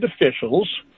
officials